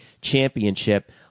championship